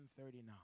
139